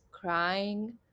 crying